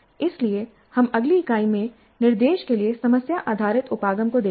इसलिए हम अगली इकाई में निर्देश के लिए समस्या आधारित उपागम को देखेंगे